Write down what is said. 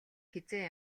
хэзээ